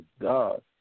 God